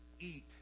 eat